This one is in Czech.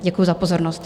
Děkuji za pozornost.